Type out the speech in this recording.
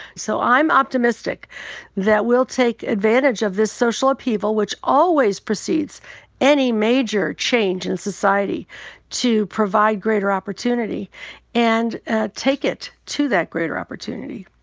so i'm optimistic that we'll take advantage of this social upheaval which always proceeds any major change in society to provide greater opportunity and ah take it to that greater opportunity.